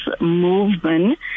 movement